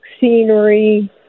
scenery